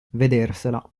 vedersela